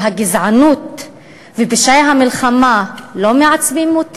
הגזענות ופשעי המלחמה לא מעצבנים?